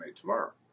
Tomorrow